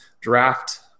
draft